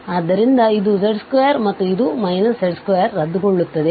ಆದ್ದರಿಂದ ಇದು z2 ಮತ್ತು ಈ z2 ರದ್ದುಗೊಳ್ಳುತ್ತದೆ